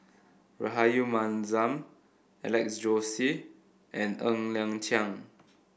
Rahayu Mahzam Alex Josey and Ng Liang Chiang